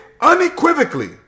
unequivocally